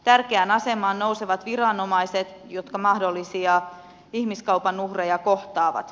tärkeään asemaan nousevat viranomaiset jotka mahdollisia ihmiskaupan uhreja kohtaavat